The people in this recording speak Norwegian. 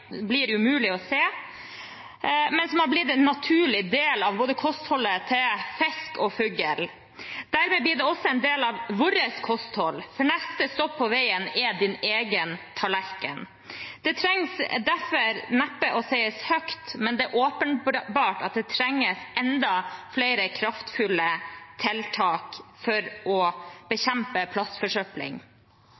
å se, men som er blitt en naturlig del av kostholdet til både fisk og fugl. Dermed blir det også en del av vårt kosthold, for neste stopp på veien er vår egen tallerken. Det trengs derfor neppe å sies høyt, men det er åpenbart at det trengs enda flere kraftfulle tiltak for å